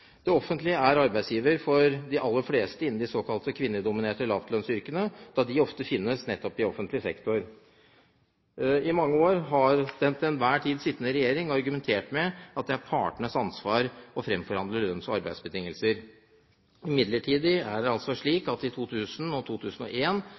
Det offentlige er arbeidsgiver for de aller fleste innen de såkalte kvinnedominerte lavlønnsyrkene, da de ofte finnes nettopp i offentlig sektor. I mange år har den til enhver tid sittende regjering argumentert med at det er partenes ansvar å fremforhandle lønns- og arbeidsbetingelser. Imidlertid er det